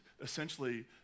essentially